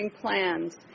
plans